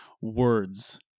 words